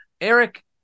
Eric